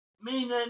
meaning